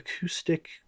Acoustic